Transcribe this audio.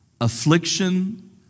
affliction